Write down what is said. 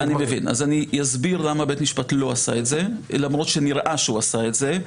אני אסביר למה בית משפט לא עשה את זה למרות שנראה שהוא עשה את זה.